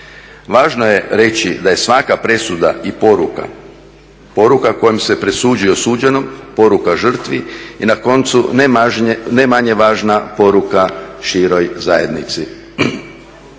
Važno je reći da je svaka presuda i poruka, poruka kojom se presuđuje osuđenom, poruka žrtvi i na koncu ne manje važna poruka široj zajednici.